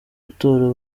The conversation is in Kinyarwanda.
gutora